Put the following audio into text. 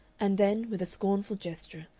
and then, with a scornful gesture,